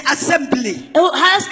Assembly